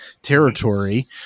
territory